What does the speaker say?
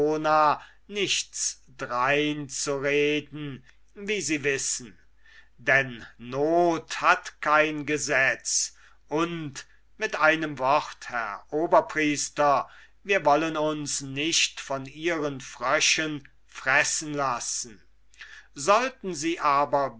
nichts drein zu reden wie sie wissen denn not hat kein gesetz und mit einem wort herr oberpriester wir wollen uns nicht von ihren fröschen essen lassen sollten sie aber